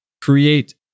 create